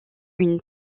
une